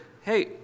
hey